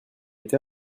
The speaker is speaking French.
été